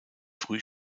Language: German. früh